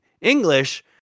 English